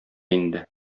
инде